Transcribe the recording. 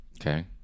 Okay